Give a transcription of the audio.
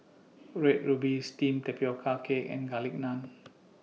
Red Ruby Steamed Tapioca Cake and Garlic Naan